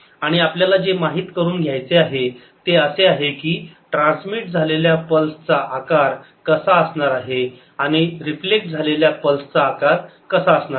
आणि आपल्याला जे माहीत करून घ्यायचे आहे ते असे आहे की ट्रान्समिट झालेल्या पल्स चा आकार कसा असणार आहे आणि रिफ्लेक्ट झालेल्या पल्स चा आकार कसा असणार आहे